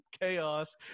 chaos